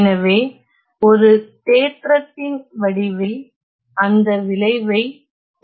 எனவே ஒரு தேற்றத்தின் வடிவில் அந்த விளைவை கூறுகிறேன்